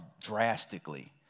drastically